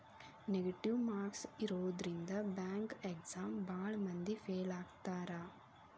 negative marks ಇರೋದ್ರಿಂದ bank exam ಭಾಳ್ ಮಂದಿ ಫೇಲ್ ಆಗ್ತಾರಾ